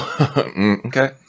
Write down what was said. Okay